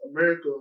America